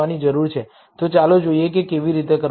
તો ચાલો જોઈએ કે કેવી રીતે કરવું